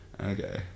okay